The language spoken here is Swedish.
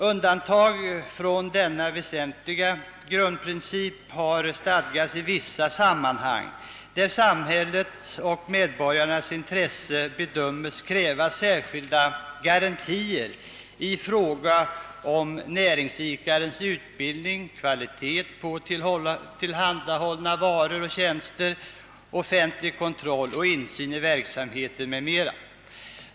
Undantag från denna väsentliga grundprincip har stadgats i vissa sammanhang, där samhällets och medborgarnas intresse bedömes kräva särskilda garantier i fråga om näringsidkarens utbildning, kvalitet på tillhandahållna varor och tjänster, offentlig kontroll och insyn i verksamheten m.m.